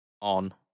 on